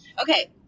Okay